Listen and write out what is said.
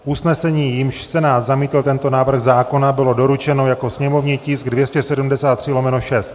Usnesení, jímž Senát zamítl tento návrh zákona, bylo doručeno jako sněmovní tisk 273/6.